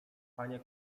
panie